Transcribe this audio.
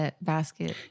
basket